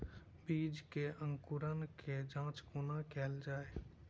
बीज केँ अंकुरण केँ जाँच कोना केल जाइ?